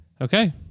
Okay